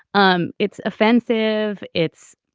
um it's offensive. it's